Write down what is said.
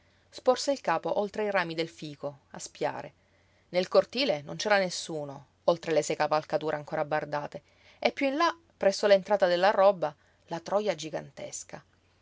sporse il capo oltre i rami del fico a spiare nel cortile non c'era nessuno oltre le sei cavalcature ancora bardate e piú là presso l'entrata della roba la troja gigantesca